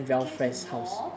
you came to north